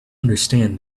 understand